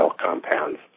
compounds